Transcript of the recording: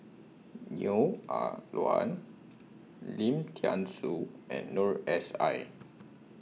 Neo Ah Luan Lim Thean Soo and Noor S I